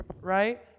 right